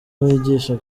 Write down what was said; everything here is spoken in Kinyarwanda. wigisha